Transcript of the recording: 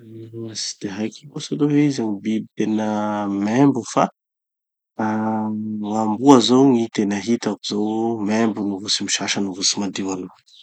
Uhm tsy de haiko loatsy aloha hoe iza gny biby tena maimbo fa ah gn'amboa zao gny tena hitako zao membo no vo tsy misasa no vo tsy madio aloha.